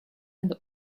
and